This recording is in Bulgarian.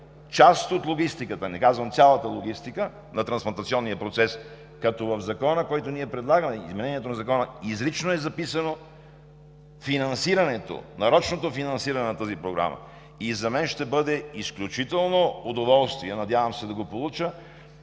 част от логистиката, не казвам цялата логистика на трансплантационния процес, като в Закона, който предлагаме, изменението на Закона, изрично е записано финансирането, нарочното финансиране на тази програма. За мен ще бъде изключително удоволствие, надявам се да го получа,